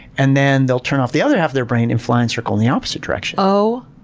and then they'll turn off the other half of their brain and fly and circle in the opposite direction. oh,